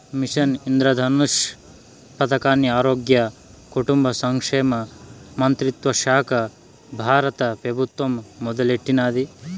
machine Indradhanush పదకాన్ని ఆరోగ్య, కుటుంబ సంక్షేమ మంత్రిత్వశాక బారత పెబుత్వం మొదలెట్టినాది